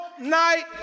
night